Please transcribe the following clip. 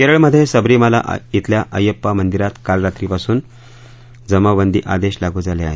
केरळमध्ये सबरीमाला धिल्या अय्यप्पा मंदिरात काल मध्यरात्रीपासून जमावबंदी आदेश लागू झाले आहेत